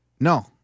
No